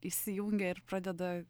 įsijungia ir pradeda